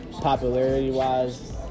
popularity-wise